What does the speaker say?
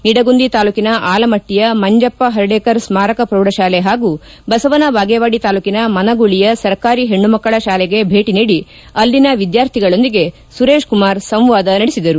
ನಿಡಗುಂದಿ ತಾಲೂಕಿನ ಆಲಮಟ್ಟಯ ಮಂಜಪ್ಪ ಪರ್ಡೇಕರ್ ಸ್ನಾರಕ ಪ್ರೌಢಶಾಲೆ ಹಾಗೂ ಬಸವನಬಾಗೇವಾಡಿ ತಾಲೂಕಿನ ಮನಗೂಳಿಯ ಸರ್ಕಾರಿ ಹೆಣ್ಣು ಮಕ್ಕಳ ಶಾಲೆಗೆ ಭೇಟಿ ನೀಡಿ ಅಲ್ಲಿನ ವಿದ್ಯಾರ್ಥಿಗಳೊಂದಿಗೆ ಸುರೇಶ್ ಕುಮಾರ್ ಸಂವಾದ ನಡೆಸಿದರು